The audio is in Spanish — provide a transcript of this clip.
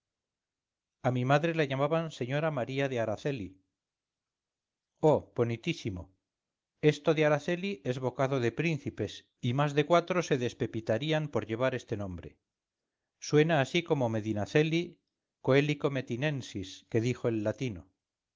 a mi madre la llamaban la señora maría de araceli oh bonitísimo esto de araceli es bocado de príncipes y más de cuatro se despepitarían por llevar este nombre suena así como medinaceli coelico metinensis que dijo el latino